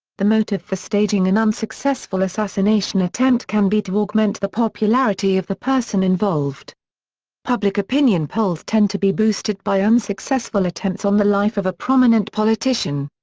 the motive for staging an unsuccessful assassination attempt can be to augment the popularity of the person involved public opinion polls tend to be boosted by unsuccessful attempts on the life of a prominent politician.